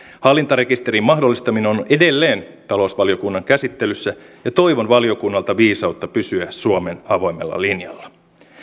hallintarekisterin mahdollistaminen on edelleen talousvaliokunnan käsittelyssä ja toivon valiokunnalta viisautta pysyä suomen avoimella linjalla